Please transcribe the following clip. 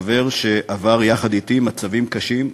חבר שעבר יחד אתי מצבים קשים,